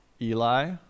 Eli